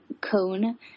cone